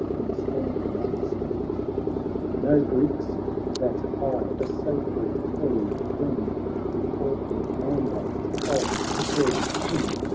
in scornful majesty know greeks that i, a sacred herald, bring the awful mandate of the persian king,